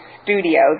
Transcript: studio